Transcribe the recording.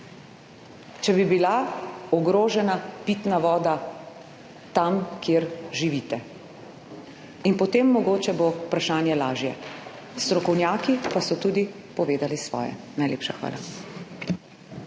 če bi bila ogrožena pitna voda tam, kjer živite. In potem mogoče bo vprašanje lažje. Strokovnjaki pa so tudi povedali svoje. Najlepša hvala.